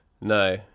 No